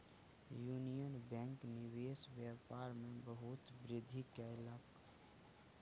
union Bank निवेश व्यापार में बहुत वृद्धि कयलक